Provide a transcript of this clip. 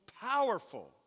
powerful